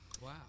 Wow